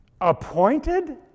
appointed